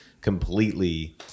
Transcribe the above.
completely